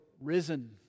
risen